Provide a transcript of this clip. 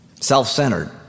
self-centered